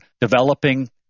developing